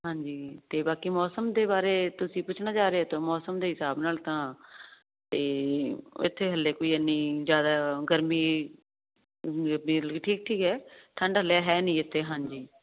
ਹਾਂਜੀ ਤੇ ਬਾਕੀ ਮੌਸਮ ਦੇ ਬਾਰੇ ਤੁਸੀਂ ਪੁੱਛਣਾ ਚਾਹ ਰਹੇ ਹੋ ਤੋ ਮੌਸਮ ਦੇ ਹਿਸਾਬ ਨਾਲ ਤਾਂ ਤੇ ਇੱਥੇ ਹਾਲੇ ਕੋਈ ਇਨੀ ਜਿਆਦਾ ਗਰਮੀ ਠੀਕ ਠੰਡਾ ਲਿਆ ਹੈ ਨਹੀਂ ਜਿੱਥੇ ਹਾਂਜੀ